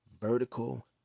vertical